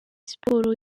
siporo